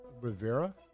Rivera